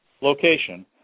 location